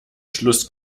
schluss